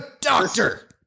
doctor